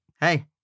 hey